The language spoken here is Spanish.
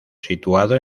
situado